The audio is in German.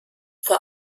vor